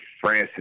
Francis